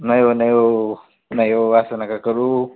नाही हो नाही हो नाही हो असं नका करू